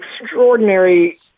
extraordinary